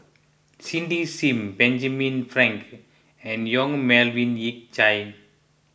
Cindy Sim Benjamin Frank and Yong Melvin Yik Chye